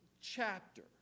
chapter